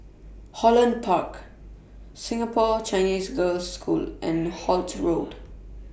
Holland Park Singapore Chinese Girls' School and Holt Road